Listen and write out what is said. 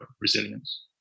resilience